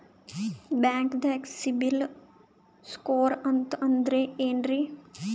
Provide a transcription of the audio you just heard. ಬ್ಯಾಂಕ್ದಾಗ CIBIL score ಅಂತ ಅಂದ್ರೆ ಏನ್ರೀ?